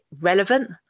relevant